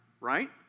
right